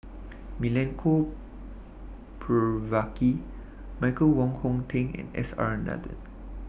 Milenko Prvacki Michael Wong Hong Teng and S R Nathan